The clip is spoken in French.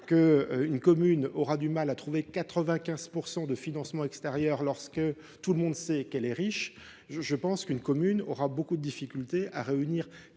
qu’une commune aura du mal à trouver 95 % de financements extérieurs si tout le monde sait qu’elle est riche, je pense qu’une commune aura beaucoup de difficultés à réunir